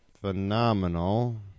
phenomenal